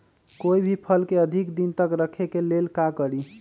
कोई भी फल के अधिक दिन तक रखे के ले ल का करी?